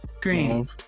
Green